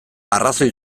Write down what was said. arrazoi